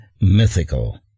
mythical